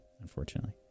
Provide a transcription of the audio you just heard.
unfortunately